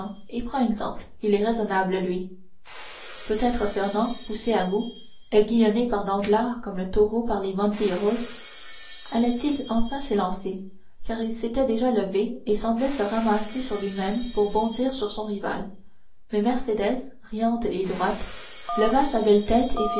et prends exemple il est raisonnable lui peut-être fernand poussé à bout aiguillonné par danglars comme le taureau par les banderilleros allait-il enfin s'élancer car il s'était déjà levé et semblait se ramasser sur lui-même pour bondir sur son rival mais mercédès riante et droite leva sa belle tête